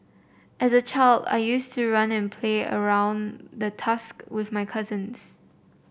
as a child I used to run and play around the tusk with my cousins